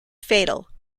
fatal